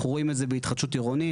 אנחנו רואים את זה בהתחדשות עירוני,